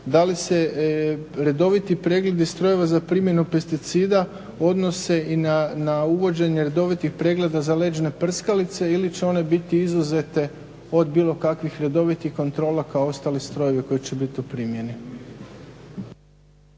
da li se redoviti pregledi strojeva za primjenu pesticida odnose i na uvođenje redovitih pregleda za leđne prskalice ili će one biti izuzete od bilo kakvih redovitih kontrola kao ostali strojevi koji će bit u primjeni.